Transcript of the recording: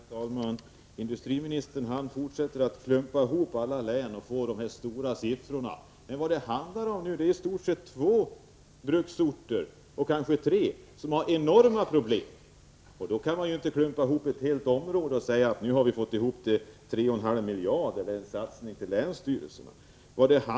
Herr talman! Industriministern fortsätter att klumpa ihop alla län och får då fram stora siffror. Men nu handlar det om i stort sett två, kanske tre bruksorter som har enorma problem. Då kan man inte klumpa ihop ett helt område och säga att man nu har fått ihop 3,5 miljarder eller att man har gjort en satsning på länsstyrelserna.